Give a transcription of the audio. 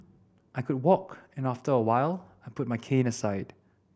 I could walk and after a while I put my cane aside